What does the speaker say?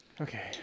okay